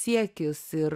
siekis ir